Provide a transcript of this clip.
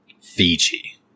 Fiji